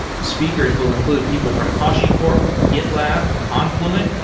speakers will include people from hashicorp, gitlab, confluent,